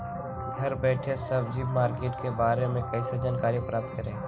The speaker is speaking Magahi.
घर बैठे सब्जी मार्केट के बारे में कैसे जानकारी प्राप्त करें?